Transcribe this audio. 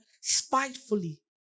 spitefully